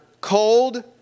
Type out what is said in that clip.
cold